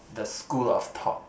the school of thought